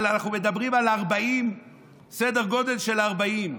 אנחנו מדברים על סדר גודל של 40,